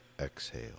exhale